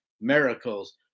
miracles